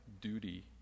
duty